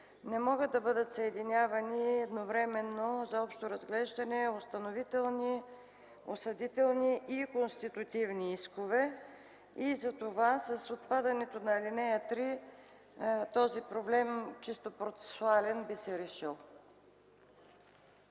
не могат да бъдат съединявани едновременно за общо разглеждане установителни, осъдителни и конститутивни искове и затова с отпадането на ал. 3 този чисто процесуален проблем би се решил.